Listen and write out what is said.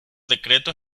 decreto